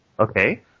Okay